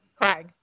Craig